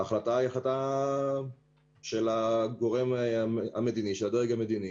ההחלטה היא החלטה של הדרג המדיני,